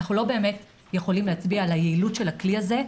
אנחנו לא באמת יכולים להצביע על היעילות של הכלי הזה,